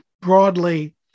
broadly